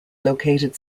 located